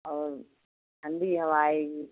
और ठंडी हवा आएगी